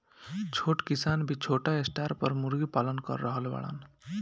छोट किसान भी छोटा स्टार पर मुर्गी पालन कर रहल बाड़न